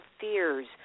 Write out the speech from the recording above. fears